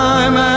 Time